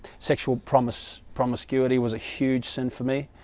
sexual promise promiscuity was a huge sin for me